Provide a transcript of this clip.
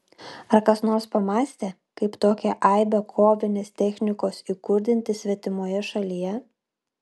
ar kas nors pamąstė kaip tokią aibę kovinės technikos įkurdinti svetimoje šalyje